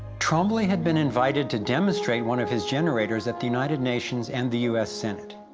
trombly had been invited to demonstrate one of his generators at the united nations and the u s. senate,